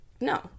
no